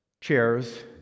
chairs